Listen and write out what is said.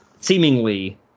seemingly